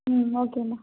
ம் ஓகேம்மா